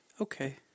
okay